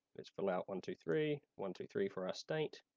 let's fill out one, two, three, one, two, three for our state.